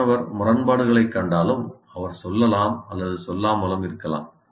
மாணவர் முரண்பாடுகளைக் கண்டாலும் அவர் சொல்லலாம் அல்லது சொல்லாமலும் இருக்கலாம்